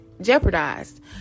jeopardized